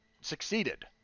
succeeded